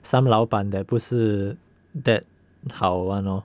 some 老板 that 不是 that 好 [one] lor